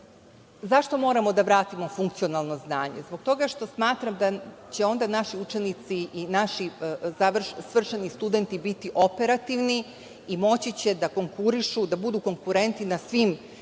Zašto moramo da vratimo funkcionalno znanje? Zbog toga što smatram da će onda naši učenici i naši svršeni studenti biti operativni i moći će da budu konkurenti na svim